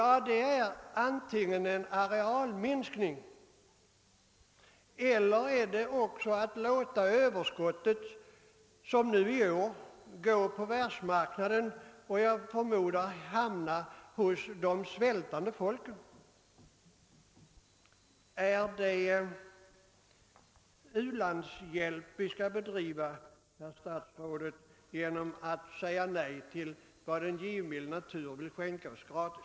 Jo, det är antingen en arealminskning eller också att som i år låta överskottet gå till världsmarknaden, varvid det förmodligen kommer de svältande folken till del. Skall vi bedriva u-landshjälp genom att säga nej till vad en givmild natur vill skänka oss gratis?